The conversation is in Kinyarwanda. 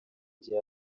gihe